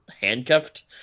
handcuffed